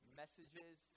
messages